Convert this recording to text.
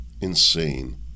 Insane